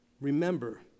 Remember